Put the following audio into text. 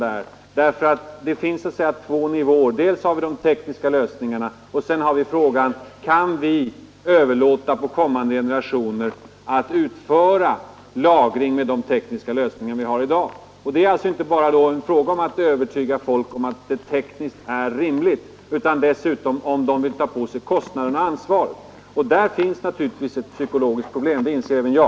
Det finns där så att säga två nivåer: dels har vi de tekniska lösningarna, dels har vi frågan om vi kan överlåta på kommande generationer att utföra avfallslagring med de tekniska lösningar vi har i dag. Det gäller då inte bara att övertyga folk om att det är tekniskt möjligt utan också att klargöra om man vill ta på sig kostnaden och ansvaret för detta. Där finns naturligtvis ett psykologiskt problem — det inser även jag.